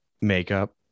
makeup